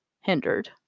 hindered